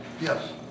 yes